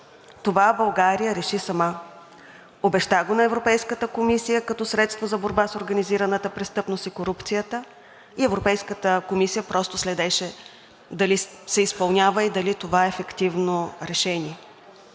Това България реши сама. Обеща го на Европейската комисия като средство за борба с организираната престъпност и корупцията и Европейската комисия просто следеше дали се изпълнява и дали това е ефективно решение.